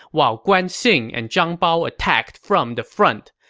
while guan xing and zhang bao attacked from the front.